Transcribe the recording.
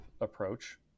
approach